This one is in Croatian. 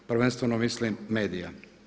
Prvenstveno mislim medija.